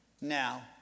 Now